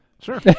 Sure